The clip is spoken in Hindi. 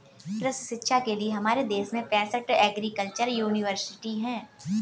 कृषि शिक्षा के लिए हमारे देश में पैसठ एग्रीकल्चर यूनिवर्सिटी हैं